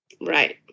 Right